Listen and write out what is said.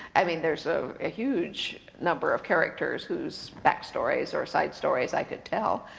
i mean there's ah a huge number of characters whose back stories or side stories i could tell,